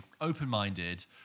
open-minded